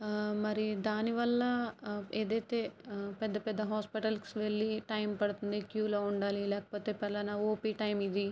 మరి దానివల్ల ఏదైతే పెద్ద పెద్ద హాస్పిటల్స్కి వెళ్ళి టైం పడుతుంది క్యూలో ఉండాలి లేకపోతే పలానా ఓపీ టైమ్ ఇది